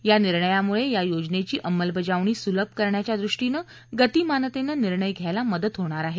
या निर्णयामुळे या योजनेची अंमलबजावणी सुलभ करण्याच्या दृष्टीनं गतिमानतेनं निर्णय घ्यायला मदत होणार आहे